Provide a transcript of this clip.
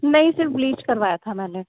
नहीं सिर्फ ब्लीच करवाया था मैंने